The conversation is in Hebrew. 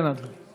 כן, אדוני.